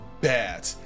bad